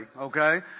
Okay